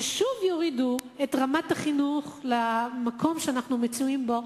ושוב יורידו את רמת החינוך למקום שאנחנו נמצאים בו,